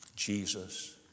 Jesus